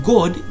God